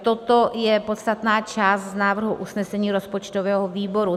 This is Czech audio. Toto je podstatná část z návrhu usnesení rozpočtového výboru.